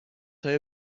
های